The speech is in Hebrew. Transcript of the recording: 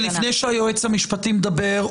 שלפני שהיועץ המשפטי מדבר,